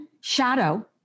shadow